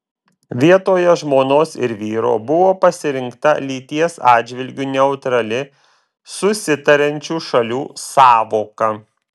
vietoje žmonos ir vyro buvo pasirinkta lyties atžvilgiu neutrali susitariančių šalių sąvoka